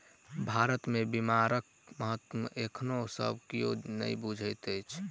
भारत मे बीमाक महत्व एखनो सब कियो नै बुझैत अछि